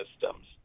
systems